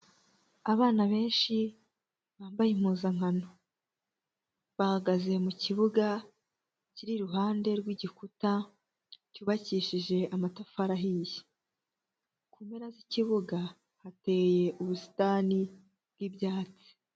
Abana benshi bambaye impuzankano, bahagaze mu kibuga kiri iruhande rw'igikuta cyubakishije amatafari ahiye, ku mpera z'ikibuga hateye ubusitani bw'ibyatsi,